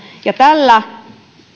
ja tällä